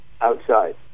outside